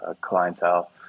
clientele